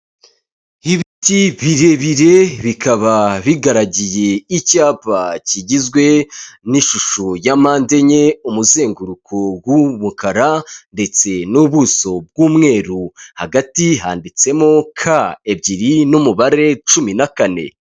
Ibiti birebire bikaba bigaragiye icyapa kigizwe n'ishusho y'ampande enye, umuzenguruko w'ubukara ndetse n'ubuso bw'umweru. Hagati handitsemo ka ebyiri n'umubare cumi na kane.